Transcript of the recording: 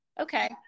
Okay